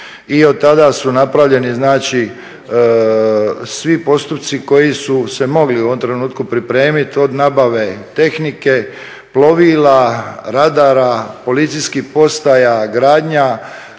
I od tada su napravljeni znači svi postupci koji su se mogli u ovom trenutku pripremiti, od nabave tehnike, plovila, radara, policijskih postaja, gradnja,